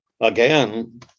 again